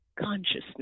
consciousness